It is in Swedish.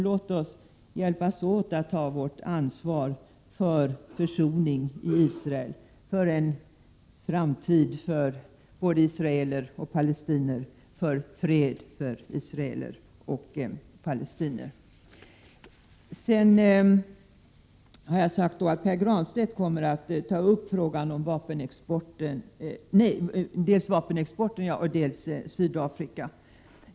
Låt oss hjälpas åt när det gäller att ta ett ansvar för försoning i Israel, för en framtid för både israeler och palestinier och för fred mellan israeler och palestinier! Pär Granstedt kommer, som sagt, att ta upp frågor rörande dels vapenexporten, dels Sydafrika.